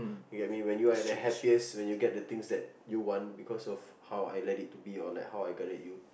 you get I mean when you are at the happiest when you get the things that you want because of how I let it to be or how I correct you